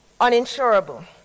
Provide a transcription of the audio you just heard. uninsurable